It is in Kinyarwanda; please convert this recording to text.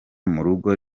murugo